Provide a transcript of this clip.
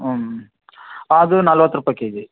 ಹ್ಞೂ ಅದು ನಲ್ವತ್ತು ರೂಪಾಯಿ ಕೆ ಜಿ